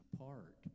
apart